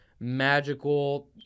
Magical